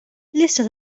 lista